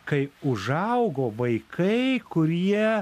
kai užaugo vaikai kurie